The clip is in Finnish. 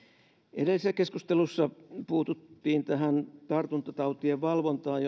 edellisessä keskustelussa puututtiin tähän tartuntatautien valvontaan